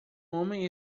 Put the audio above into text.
homem